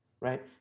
right